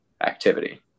activity